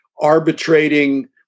arbitrating